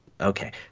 Okay